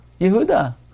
Yehuda